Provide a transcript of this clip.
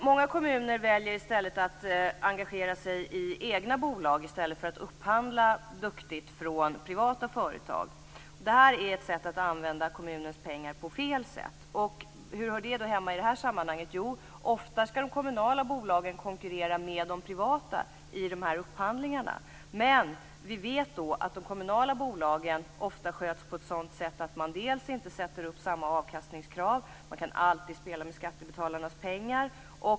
Många kommuner väljer att engagera sig i egna bolag i stället för att upphandla duktigt från privata företag. Det här är ett sätt att använda kommunens pengar på fel sätt. Hur hör det hemma i sammanhanget? Jo, ofta skall de kommunala bolagen konkurrera med de privata i upphandlingarna. Men vi vet att de kommunala bolagen ofta sköts på ett sådant sätt att man inte ställer samma avkastningskrav, man kan alltid spela med skattebetalarnas pengar.